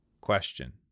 Question